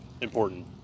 important